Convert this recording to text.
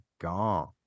gone